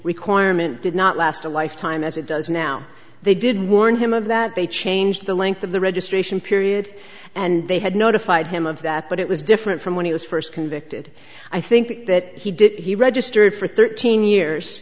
requirement did not last a lifetime as it does now they did warn him of that they changed the length of the registration period and they had notified him of that but it was different from when he was first convicted i think that he did he registered for thirteen years